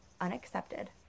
unaccepted